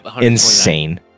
insane